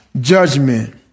judgment